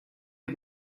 wir